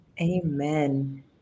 Amen